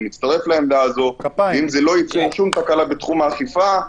אני מצטרף לעמדה הזאת אם זה לא יגרום לשום תקלה בתחום האכיפה,